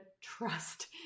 trust